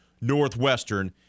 Northwestern